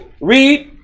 Read